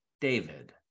David